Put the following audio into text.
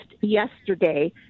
yesterday